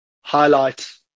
Highlight